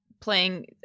playing